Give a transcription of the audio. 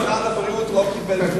משרד הבריאות לא קיבל,